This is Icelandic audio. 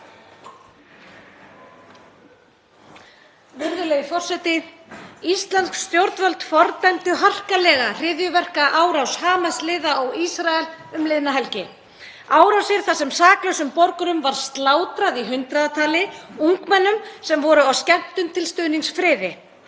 Íslensk stjórnvöld fordæmdu harkalega hryðjuverkaárás Hamas-liða á Ísrael um liðna helgi. Árásir þar sem saklausum borgurum var slátrað í hundraðatali, ungmennum sem voru á skemmtun til stuðnings friði,